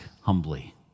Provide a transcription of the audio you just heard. humbly